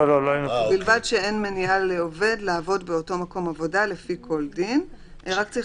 "ובלבד שאין מניעה לעובד לעבוד באותו מקום עבודה לפי כל דין," צריך